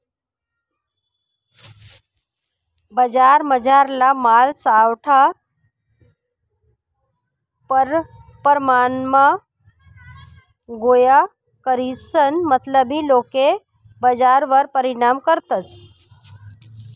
बजारमझारला माल सावठा परमाणमा गोया करीसन मतलबी लोके बजारवर परिणाम करतस